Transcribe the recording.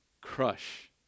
crush